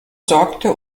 sorgte